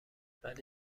ولی